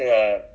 oh